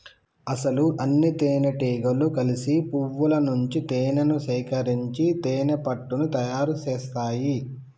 అసలు అన్నితేనెటీగలు కలిసి పువ్వుల నుంచి తేనేను సేకరించి తేనెపట్టుని తయారు సేస్తాయి